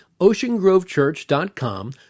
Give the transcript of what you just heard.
oceangrovechurch.com